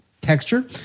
texture